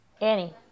Annie